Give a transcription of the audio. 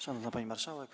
Szanowna Pani Marszałek!